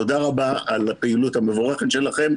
תודה רבה על הפעילות המבורכת שלכם,